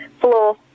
floor